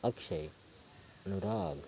Akshay Anurag